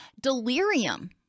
Delirium